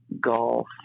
golf